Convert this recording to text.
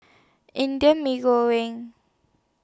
Indian Mee Goreng